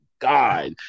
God